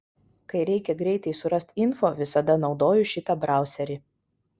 kai reikia greitai surast info visada naudoju šitą brauserį